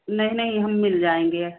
नहीं नहीं हम मिल जाएंगे